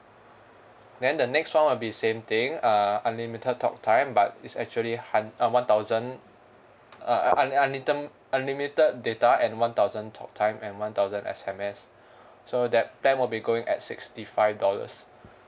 then the next one will be same thing err unlimited talk time but is actually hun~ uh one thousand uh un~ unlitem~ unlimited data and one thousand talk time and one thousand S_M_S so that that will be going at sixty five dollars